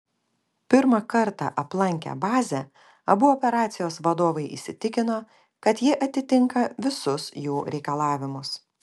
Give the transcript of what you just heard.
pirmą kartą aplankę bazę abu operacijos vadovai įsitikino kad ji atitinka visus jų reikalavimus